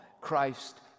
Christ